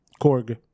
Korg